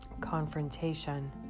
confrontation